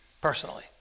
personally